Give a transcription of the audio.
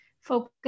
focus